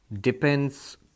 depends